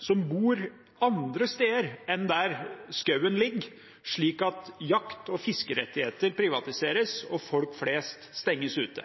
som bor andre steder enn der skogen ligger, slik at jakt- og fiskerettigheter privatiseres og folk flest stenges ute?»